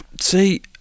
See